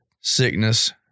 sickness